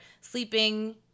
sleeping